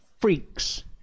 freaks